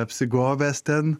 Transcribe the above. apsigobęs ten